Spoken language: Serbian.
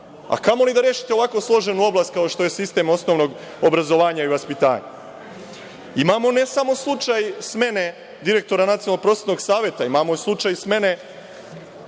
a kamoli da rešite ovako složenu oblast, kao što je sistem osnovnog obrazovanja i vaspitanja. Imamo, ne samo slučaj smene direktora Nacionalnog prosvetnog saveta, imamo slučaj smene